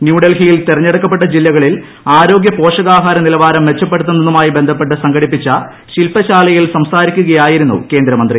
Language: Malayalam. ന്യൂഡൽഹിയിൽ തെരഞ്ഞെടുക്കപ്പെട്ട ജില്ലകളിൽ ആരോഗൃ പോഷകാഹാര നിലവാരം മെച്ചപ്പെടുത്തുന്നതുമായി ബന്ധപ്പെട്ട് സംഘടിപ്പിച്ച ശില്പശാലയിൽ സംസാരിക്കുകയായിരുന്നും പ്രകേന്ദ്രമന്ത്രി